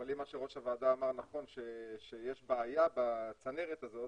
אם מה שראש הוועדה אמר הוא נכון שיש בעיה בצנרת הזאת,